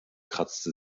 kratzte